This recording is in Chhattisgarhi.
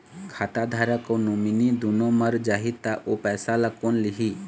खाता धारक अऊ नोमिनि दुनों मर जाही ता ओ पैसा ला कोन लिही?